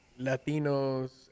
Latinos